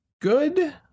good